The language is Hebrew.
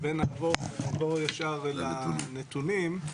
נעבור ישר לנתונים.